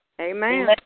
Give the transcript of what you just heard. Amen